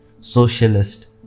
socialist